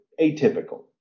atypical